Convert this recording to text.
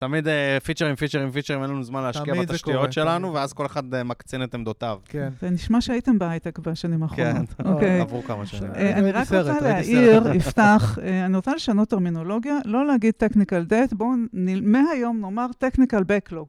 תמיד פיצ'רים, פיצ'רים, פיצ'רים, אין לנו זמן להשקיע בתשתיות שלנו, ואז כל אחד מקצין את עמדותיו. כן. זה נשמע שהייתם בהייטק בשנים האחרונות. כן, עברו כמה שנים. אני רק רוצה להעיר, עפתח, אני רוצה לשנות טרמינולוגיה, לא להגיד טקניקל דבט, בואו מהיום נאמר טקניקל בקלוג.